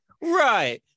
Right